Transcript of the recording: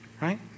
right